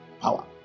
power